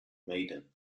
maidan